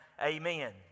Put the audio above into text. amen